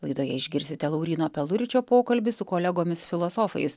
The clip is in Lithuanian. laidoje išgirsite lauryno peluričio pokalbį su kolegomis filosofais